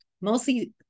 mostly